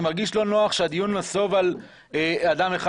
אני מרגיש לא נוח שהדיון נסוב על אדם אחד.